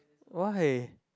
why